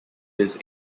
his